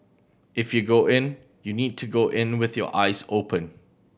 if you go in you need to go in with your eyes open